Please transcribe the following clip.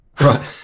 Right